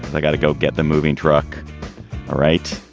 i got to go get the moving truck right.